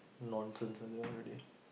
nonsense ah they all really